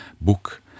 book